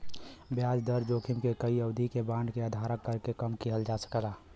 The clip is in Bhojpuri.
ब्याज दर जोखिम के कई अवधि के बांड के धारण करके कम किहल जा सकला